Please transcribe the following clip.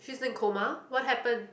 she's in coma what happen